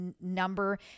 number